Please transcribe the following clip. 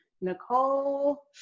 Nicole